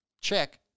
check